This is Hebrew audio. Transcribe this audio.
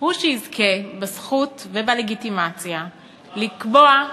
הוא שיזכה בזכות ובלגיטימציה לקבוע,